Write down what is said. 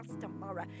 tomorrow